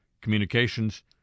communications